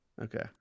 Okay